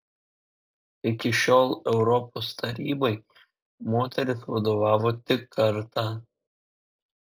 iki šiol europos tarybai moteris vadovavo tik kartą